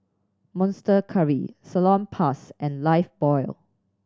Monster Curry Salonpas and Lifebuoy